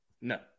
No